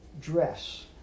dress